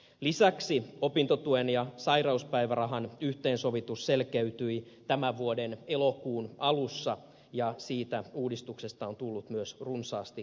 lisäksi opintotuen ja sairauspäivärahan yhteensovitus selkeytyi tämän vuoden elokuun alussa ja siitä uudistuksesta on tullut myös runsaasti kiitosta